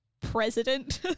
president